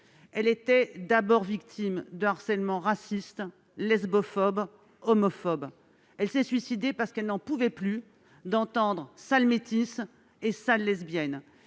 Elle était d'abord victime de harcèlement raciste, lesbophobe, homophobe. Elle s'est suicidée parce qu'elle n'en pouvait plus d'entendre « sale métisse » et « sale lesbienne ».